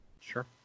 Sure